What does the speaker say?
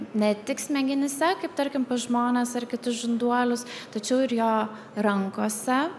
ne tik smegenyse kaip tarkim pas žmones ar kitus žinduolius tačiau ir jo rankose